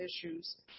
issues